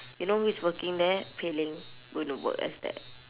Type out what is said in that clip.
you know who's working there pei ling going to work as that